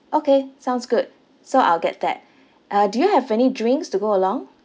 okay sounds good so I'll get that uh do you have any drinks to go along